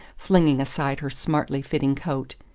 flinging aside her smartly-fitting coat.